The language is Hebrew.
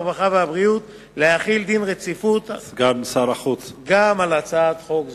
הרווחה והבריאות להחיל דין רציפות גם על הצעת חוק זו.